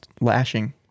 lashing